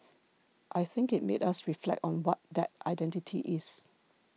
I think it made us reflect on what that identity is